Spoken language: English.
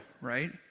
right